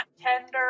tender